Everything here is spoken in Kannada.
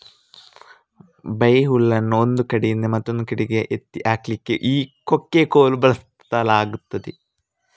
ಬೈಹುಲ್ಲನ್ನು ಒಂದು ಕಡೆಯಿಂದ ಮತ್ತೊಂದು ಕಡೆಗೆ ಎತ್ತಿ ಹಾಕ್ಲಿಕ್ಕೆ ಈ ಕೊಕ್ಕೆ ಕೋಲು ಒಳ್ಳೇದಾಗ್ತದೆ